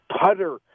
putter